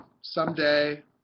someday –